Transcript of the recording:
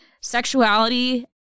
Sexuality